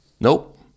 Nope